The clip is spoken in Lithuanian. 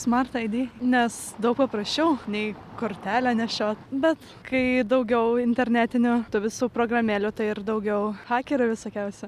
smart id nes daug paprasčiau nei kortelę nešioti bet kai daugiau internetinio visų programėlių tai ir daugiau hakerių visokiausių